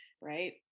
right